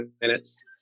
minutes